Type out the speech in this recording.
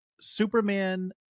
Superman